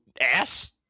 ass